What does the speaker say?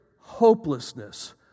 hopelessness